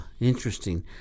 interesting